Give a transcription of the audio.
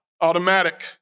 automatic